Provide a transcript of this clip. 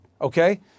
okay